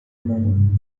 mão